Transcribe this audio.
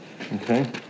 Okay